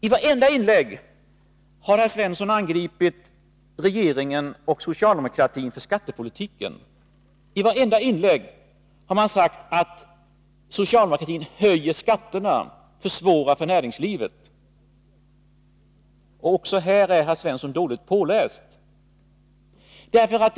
I vartenda inlägg har herr Svensson angripit regeringen och socialdemokratin för skattepolitiken. Han säger att socialdemokratin höjer skatterna och försvårar för näringslivet. Också här har herr Svensson läst på dåligt.